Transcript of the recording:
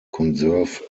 conserve